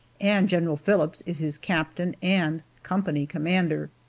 and general phillips is his captain and company commander.